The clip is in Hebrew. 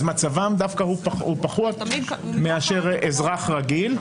אז מצבם דווקא פחות מאשר אזרח רגיל.